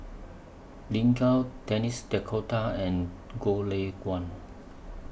Lin Gao Denis D'Cotta and Goh Lay Kuan